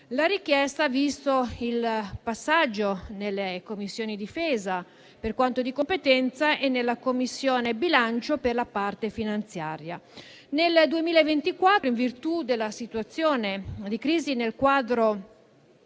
La richiesta ha visto il passaggio in Commissione difesa, per quanto di competenza, e in Commissione bilancio, per la parte finanziaria. Nel 2024, in virtù della situazione di crisi nel quadro